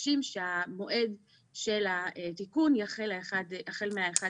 מבקשים שהמועד של התיקון יחל ב-1 בינואר.